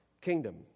kingdom